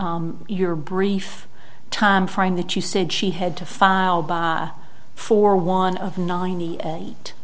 your brief time frame that you said she had to file for one of ninety eight